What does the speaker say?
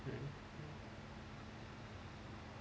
ya